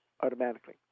automatically